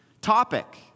topic